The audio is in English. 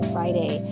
Friday